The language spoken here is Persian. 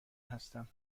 هستم